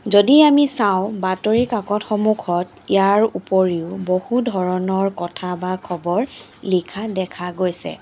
যদি আম চাওঁ বাতৰিকাকতসমূহত ইয়াৰ উপৰিও বহু ধৰণৰ কথা বা খবৰ লিখা দেখা গৈছে